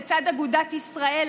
לצד אגודת ישראל,